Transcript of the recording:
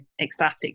ecstatic